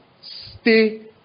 stay